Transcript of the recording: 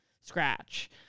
scratch